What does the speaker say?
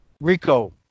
Rico